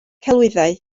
celwyddau